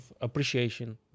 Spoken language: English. appreciation